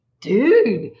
Dude